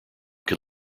can